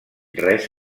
res